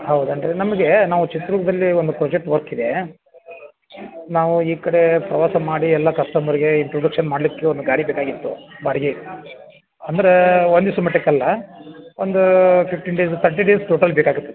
ಹೌದೇನು ರೀ ನಮಗೆ ನಾವು ಚಿತ್ರದುರ್ಗದಲ್ಲಿ ಒಂದು ಪ್ರೊಜೆಕ್ಟ್ ವರ್ಕ್ ಇದೆ ನಾವು ಈ ಕಡೆ ಪ್ರವಾಸ ಮಾಡಿ ಎಲ್ಲ ಕಸ್ಟಮರ್ಗೆ ಇಂಟ್ರುಡಕ್ಷನ್ ಮಾಡಲಿಕ್ಕೆ ಒಂದು ಗಾಡಿ ಬೇಕಾಗಿತ್ತು ಬಾಡ್ಗೆಗೆ ಅಂದರೆ ಒಂದು ದಿವ್ಸ ಮಟ್ಟಕ್ಕಲ್ಲ ಒಂದು fifteen days thirty days total ಬೇಕಾಗುತ್ತೆ